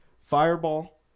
fireball